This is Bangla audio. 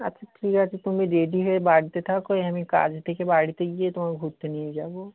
আচ্ছা ঠিক আছে তুমি রেডি হয়ে বাড়িতে থাকো আমি কাজ থেকে বাড়িতে গিয়ে তোমায় ঘুরতে নিয়ে যাবো